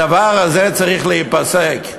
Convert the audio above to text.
הדבר הזה צריך להיפסק.